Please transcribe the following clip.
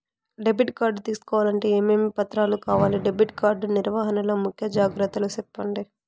Debit card తీసుకోవాలంటే ఏమేమి పత్రాలు కావాలి? డెబిట్ కార్డు నిర్వహణ లో ముఖ్య జాగ్రత్తలు సెప్పండి?